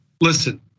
Listen